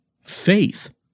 faith